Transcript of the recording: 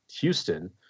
Houston